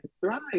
thrive